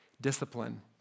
discipline